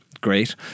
Great